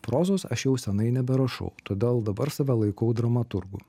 prozos aš jau seniai neberašau todėl dabar save laikau dramaturgu